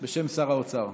בשם שר האוצר.